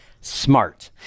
Smart